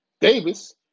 Davis